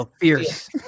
fierce